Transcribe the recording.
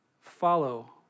follow